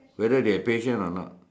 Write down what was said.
whether they have patient or not